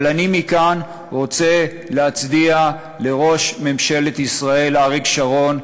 אבל מכאן אני רוצה להצדיע לראש ממשלת ישראל אריק שרון,